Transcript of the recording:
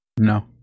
No